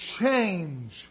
change